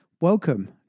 Welcome